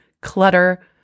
clutter